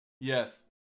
Yes